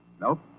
Nope